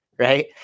Right